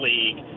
League